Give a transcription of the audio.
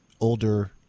older